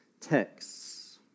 texts